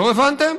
לא הבנתם?